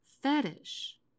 fetish